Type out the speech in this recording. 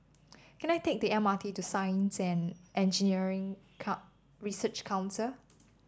can I take the M R T to Science and Engineering Research Council